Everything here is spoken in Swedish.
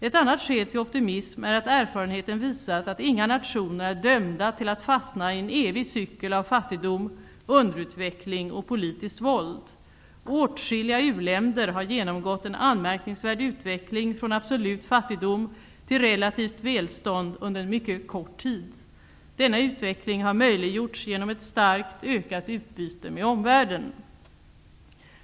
Ett annat skäl till optimism är att erfarenheten visat att inga nationer är dömda till att fastna i en evig cykel av fattigdom, underutveckling och politiskt våld. Åtskilliga u-länder har genomgått en anmärkningsvärd utveckling från absolut fattigdom till relativt välstånd under en mycket kort tid. Denna utveckling har möjliggjorts genom ett starkt ökat utbyte med omvärlden.